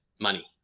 money